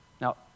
Now